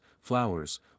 flowers